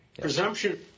Presumption